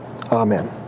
amen